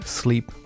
sleep